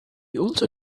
also